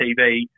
TV